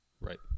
Right